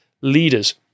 leaders